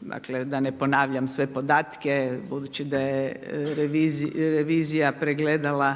dakle da ne ponavljam sve podatke, budući da je revizija pregledala